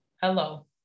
hello